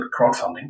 crowdfunding